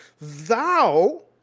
Thou